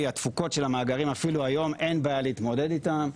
התפוקות של המאגרים אין בעיה להתמודד איתם.